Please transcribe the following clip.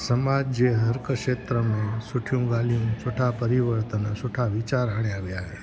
समाज जे हर हिक खेतरि में सुठियूं ॻाल्हियूं सुठा परिवर्तन सुठा वीचार रखिया वेंदा आहिनि